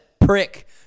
prick